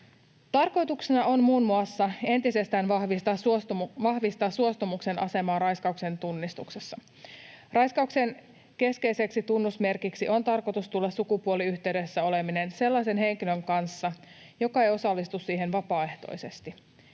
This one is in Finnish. Tarkoituksena on muun muassa entisestään vahvistaa suostumuksen asemaa raiskauksen tunnistuksessa. Raiskauksen keskeiseksi tunnusmerkiksi on tarkoitus tulla sukupuoliyhteydessä oleminen sellaisen henkilön kanssa, joka ei osallistu siihen vapaaehtoisesti.